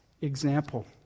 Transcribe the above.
example